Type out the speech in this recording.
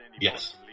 Yes